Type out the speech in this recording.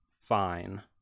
fine